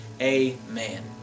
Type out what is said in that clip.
Amen